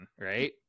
right